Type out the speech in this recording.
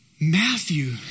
Matthew